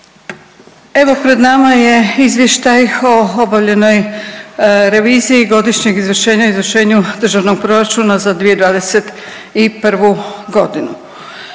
Evo pred nama je izvještaj o obavljenoj reviziji godišnjeg izvršenja o izvršenju Državnog proračuna za 2021. godinu.